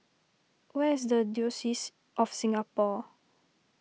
where is the Diocese of Singapore